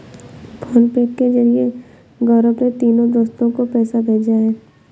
PhonePe के जरिए गौरव ने तीनों दोस्तो को पैसा भेजा है